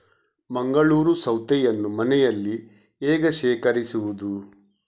ಮಂಗಳೂರು ಸೌತೆಯನ್ನು ಮನೆಯಲ್ಲಿ ಹೇಗೆ ಶೇಖರಿಸುವುದು?